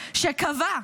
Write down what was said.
שקבע,